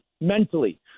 mentally